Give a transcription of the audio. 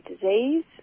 disease